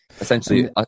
essentially